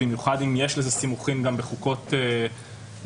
במיוחד אם יש לזה סימוכין גם בחוקות אחרות.